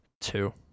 two